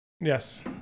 Yes